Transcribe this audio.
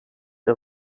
der